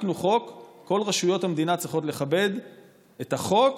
חוקקנו חוק, כל רשויות המדינה צריכות לכבד את החוק